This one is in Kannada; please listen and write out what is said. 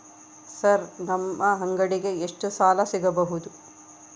ಸರ್ ನಮ್ಮ ಅಂಗಡಿಗೆ ಎಷ್ಟು ಸಾಲ ಸಿಗಬಹುದು?